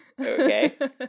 Okay